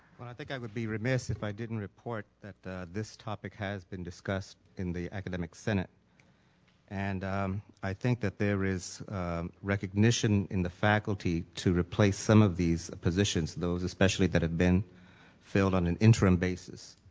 well, i think i would be remiss if i didn't report that this topic has been discussed in the academic senate and i think that there is recognition in the faculty to replace some of these positions, those especially that had been filled on an interim basis.